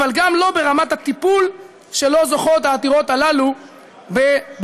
אבל גם לא ברמת הטיפול שלו זוכות העתירות הללו בבג"ץ.